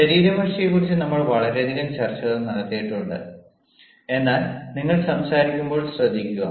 ശരീരഭാഷയെക്കുറിച്ച് നമ്മൾ വളരെയധികം ചർച്ചകൾ നടത്തിയിട്ടുണ്ട് എന്നാൽ നിങ്ങൾ സംസാരിക്കുമ്പോൾ ശ്രദ്ധിക്കുക